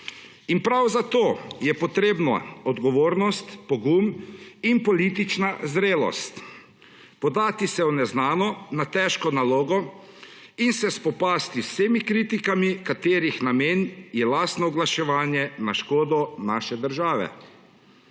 In prav zato so potrebni odgovornost, pogum in politična zrelost podati se v neznano, na težko nalogo in se spopasti z vsemi kritikami, katerih namen je lastno oglaševanje na škodo naše države.